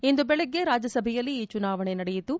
ಇಂದು ಬೆಳಗ್ಗೆ ರಾಜ್ಯಸಭೆಯಲ್ಲಿ ಈ ಚುನಾವಣೆ ನಡೆಯಿತು